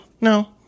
No